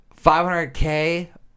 500K